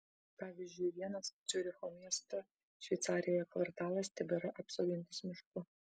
pavyzdžiui vienas ciuricho miesto šveicarijoje kvartalas tebėra apsodintas mišku